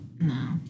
No